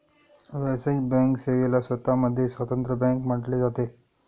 व्यावसायिक बँक सेवेला स्वतः मध्ये स्वतंत्र बँक म्हटले जाते